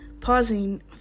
Pausing